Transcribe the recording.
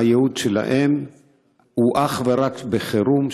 הייעוד שלהם הוא אך ורק בחירום,